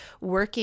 working